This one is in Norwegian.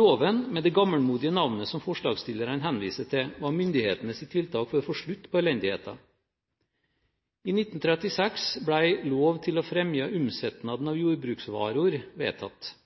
Loven med det gammelmodige navnet som forslagsstillerne henviste til, var myndighetenes tiltak for å få slutt på elendigheten. I 1936 ble lov til å fremja umsetnaden av jordbruksvaror vedtatt.